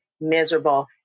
miserable